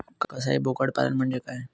कसाई बोकड पालन म्हणजे काय?